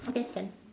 okay can